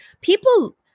People